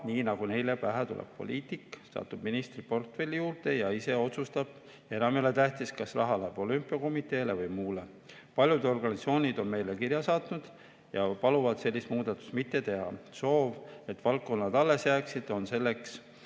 nii, nagu neile pähe tuleb. Poliitik saab ministriportfelli juurde ja ise otsustab. Enam ei ole tähtis, kas raha läheb olümpiakomiteele või mujale. Paljud organisatsioonid on meile kirja saatnud ja paluvad sellist muudatust mitte teha. Soov, et valdkonnad alles jääksid, on selleks,